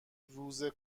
روز